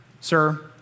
Sir